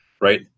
Right